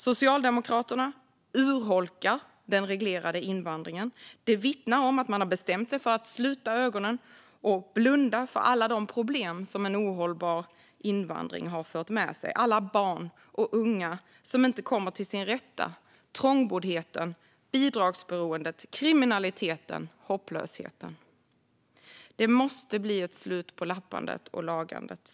Socialdemokraterna urholkar den reglerade invandringen. Det vittnar om att man har bestämt sig för att sluta ögonen och blunda för alla de problem som en ohållbar invandring har fört med sig - alla barn och unga som inte kommer till sin rätt, trångboddheten, bidragsberoendet, kriminaliteten och hopplösheten. Det måste bli ett slut på lappandet och lagandet.